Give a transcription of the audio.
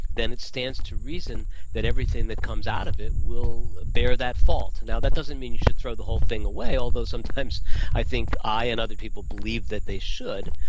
then it stands to reason that everything that comes out of it will bear that fault. now, that doesn't mean you should throw the whole thing away, although sometimes i think i and other people believe that they should.